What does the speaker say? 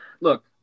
look